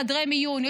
חדרי מיון,